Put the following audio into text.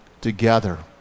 together